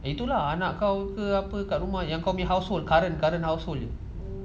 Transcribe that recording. itu anak kau ke apa kat rumah household current current household